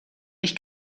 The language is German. ich